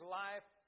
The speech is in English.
life